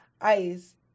Ice